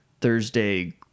Thursday